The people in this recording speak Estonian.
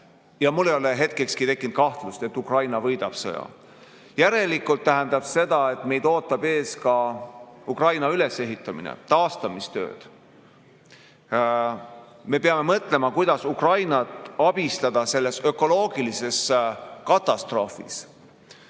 Ja mul ei ole hetkekski tekkinud kahtlust, et Ukraina võidab sõja. Järelikult tähendab see seda, et meid ootab ees ka Ukraina ülesehitamine, taastamistöö. Me peame mõtlema, kuidas Ukrainat abistada selles ökoloogilises katastroofis. Siin